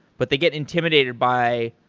but they get intimated by,